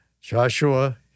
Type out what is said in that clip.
Joshua